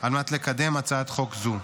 על מנת לקדם את הצעת חוק זו.